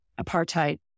apartheid